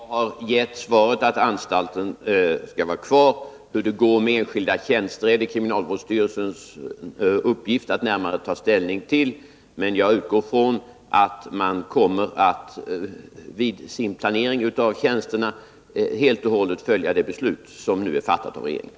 Herr talman! Jag har gett svaret att anstalten skall vara kvar. Hur det går med de enskilda tjänsterna är något som kriminalvårdsstyrelsen har att ta ställning till. Men jag utgår ifrån att man vid sin planering av tjänsterna helt och hållet kommer att följa det beslut som nu är fattat av regeringen.